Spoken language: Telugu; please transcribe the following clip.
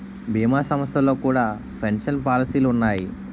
భీమా సంస్థల్లో కూడా పెన్షన్ పాలసీలు ఉన్నాయి